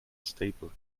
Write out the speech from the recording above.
stable